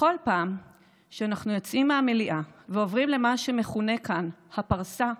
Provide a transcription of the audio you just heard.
בכל פעם שאנחנו יוצאים מהמליאה ועוברים למה שמכנים כאן הפרסה,